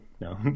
No